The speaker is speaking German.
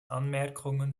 anmerkungen